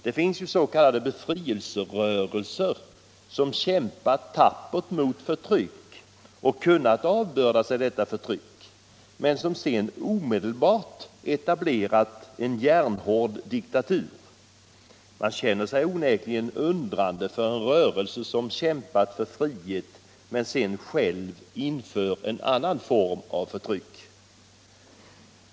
Det finns ju s.k. befrielserörelser som kämpat tappert mot förtryck och kunnat avbörda sig detta förtryck men som sedan omedelbart etablerat en järnhård diktatur. Man känner sig onekligen undrande inför en rörelse som kämpar för frihet men sedan själv inför cn annan form av förtryck.